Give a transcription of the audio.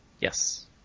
Yes